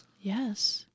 yes